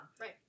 Right